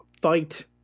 fight